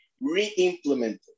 re-implemented